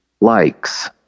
likes